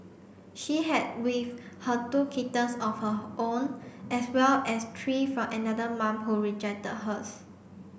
she had with her two kittens of her own as well as three from another mum who rejected hers